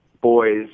boys